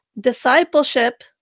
discipleship